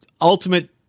ultimate